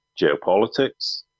geopolitics